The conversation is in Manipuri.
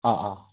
ꯑꯥ ꯑꯥ